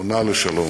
פונה לשלום.